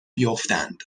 بیفتند